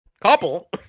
Couple